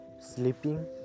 sleeping